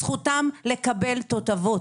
זכותם לקבל תותבות.